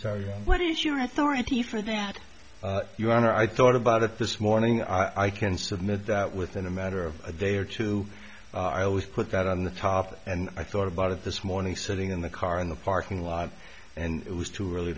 sorry what is your authority for that your honor i thought about it this morning i can submit that within a matter of a day or two i always put that on the top and i thought about it this morning sitting in the car in the parking lot and it was too early